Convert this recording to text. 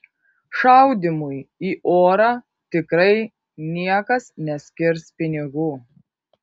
šaudymui į orą tikrai niekas neskirs pinigų